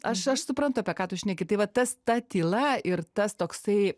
aš aš suprantu apie ką tu šneki tai va tas ta tyla ir tas toksai